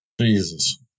Jesus